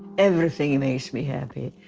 everything makes me happy.